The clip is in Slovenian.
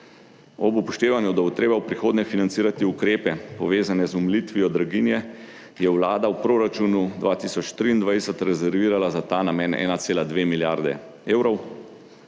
Ob upoštevanju, da bo treba v prihodnje financirati ukrepe, povezane z omilitvijo draginje, je vlada v proračunu 2023 rezervirala za ta namen 1,2 milijardi evrov,